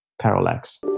Parallax